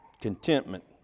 contentment